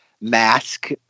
mask